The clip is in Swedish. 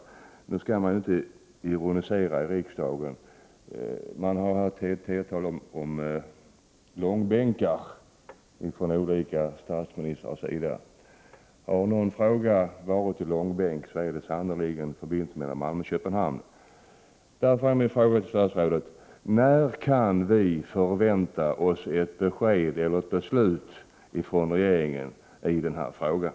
Man skall ju inte ironisera i riksdagen, men det har ofta talats om långbänkar från olika statsministrars sida, om någon fråga har varit i långbänk så är det sannerligen frågan om förbindelsen mellan Malmö och Köpenhamn. Därför är min fråga till statsrådet: När kan vi förvänta oss ett besked eller ett beslut från regeringen i den här frågan?